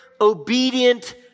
Obedient